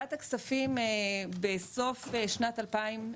ועדת הכספים בסוף שנת 2020,